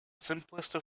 simplest